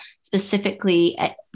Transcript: specifically